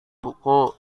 buku